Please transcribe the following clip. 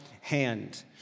hand